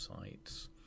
sites